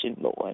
Lord